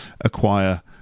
acquire